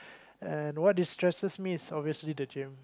and what destresses me is obviously the gym